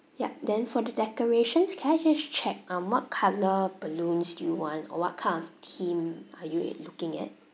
yup then for the decorations can I just check um what colour balloons do you want or what kind of theme are you uh looking at